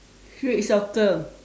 street soccer